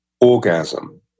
orgasm